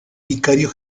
vicario